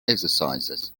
exercises